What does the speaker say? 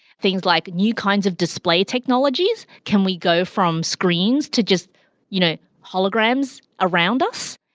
things like new kinds of display technologies. can we go from screens to just you know hologram so around us?